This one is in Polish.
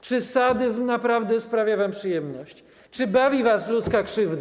Czy sadyzm naprawdę sprawia wam przyjemność, czy bawi was ludzka krzywda?